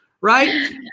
right